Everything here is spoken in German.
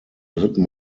dritten